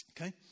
Okay